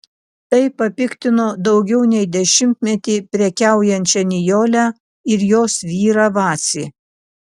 tai papiktino daugiau nei dešimtmetį prekiaujančią nijolę ir jos vyrą vacį